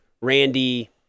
Randy